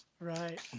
Right